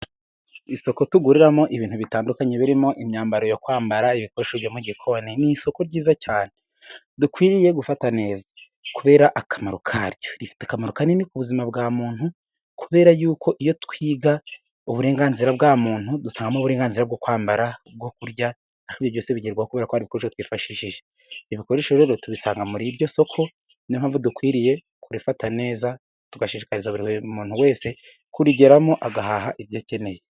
Isoko tuguriramo ibintu bitandukanye birimo imyambaro yo kwambara, ibikoresho byo mu gikoni, ni isoko ryiza cyane dukwiriye gufata neza kubera akamaro karyo, rifite akamaro kanini ku buzima bwa muntu, kubera yuko iyo twiga uburenganzira bwa muntu dusangamo uburenganzira bwo kwambara bwo kurya, ariko ibyo byose bigerwaho kubera ko ari ibyo bikoresho tuba twifashishije, ibyo bikoresho rero tubisanga muri iryo soko, ni yo mpamvu dukwiriye kurifata neza tugashishikariza buri muntu wese kurigeramo agahaha ibyo akeneye.